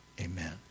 Amen